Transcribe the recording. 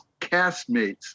castmates